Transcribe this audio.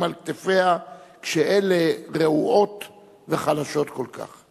על כתפיה כשאלה רעועות וחלשות כל כך,